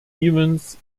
evans